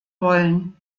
wollen